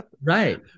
Right